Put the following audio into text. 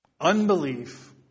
Unbelief